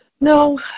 No